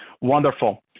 Wonderful